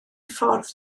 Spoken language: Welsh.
ffordd